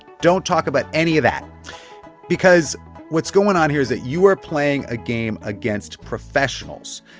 don't talk about any of that because what's going on here is that you are playing a game against professionals.